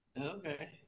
Okay